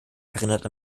erinnert